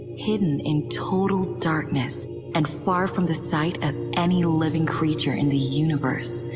hidden in total darkness and far from the sight of any living creature in the universe.